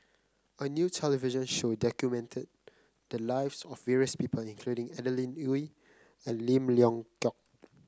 a new television show documented the lives of various people including Adeline Ooi and Lim Leong Geok